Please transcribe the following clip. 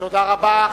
תודה רבה.